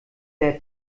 der